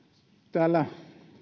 täällä